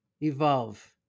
evolve